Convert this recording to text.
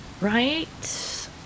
right